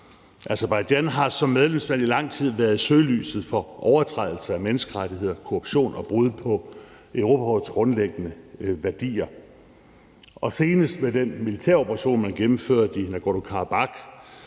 Aserbajdsjan har som medlemsland i lang tid været i søgelyset for overtrædelser af menneskerettigheder, korruption og brud på Europarådets grundlæggende værdier. Det er senest sket med den militære operation, man gennemførte i Nagorno-Karabakh,